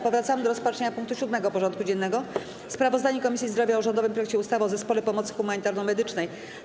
Powracamy do rozpatrzenia punktu 7. porządku dziennego: Sprawozdanie Komisji Zdrowia o rządowym projekcie ustawy o Zespole Pomocy Humanitarno-Medycznej.